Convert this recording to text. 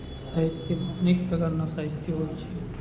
સાહિત્યમાં અનેક પ્રકારના સાહિત્ય હોય છે